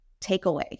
takeaway